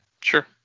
sure